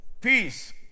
peace